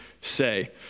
say